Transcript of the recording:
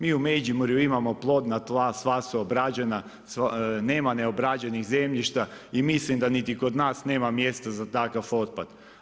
Mi u Međimurju imamo plodna tla, sva su obrađena, nema neobrađenih zemljišta i mislim da niti kod nas nema mjesta za takav otpad.